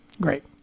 great